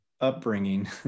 upbringing